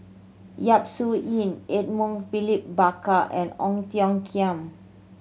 Yap Su Yin Edmund William Barker and Ong Tiong Khiam